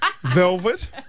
Velvet